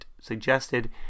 suggested